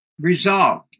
resolved